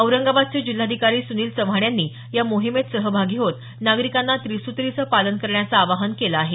औरंगाबादचे जिल्हाधिकारी सुनील चव्हाण यांनी या मोहिमेत सहभागी होत नागरिकांना त्रिसुत्रीचं पालन करण्याचं आवाहन केलं आहे